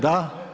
Da.